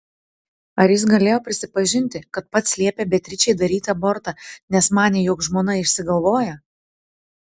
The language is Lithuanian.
ar jis galėjo prisipažinti kad pats liepė beatričei daryti abortą nes manė jog žmona išsigalvoja